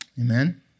Amen